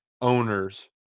owners